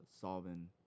solving